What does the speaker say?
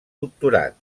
doctorat